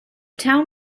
town